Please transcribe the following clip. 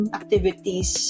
activities